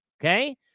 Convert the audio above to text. okay